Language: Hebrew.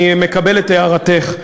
אני מקבל את הערתך.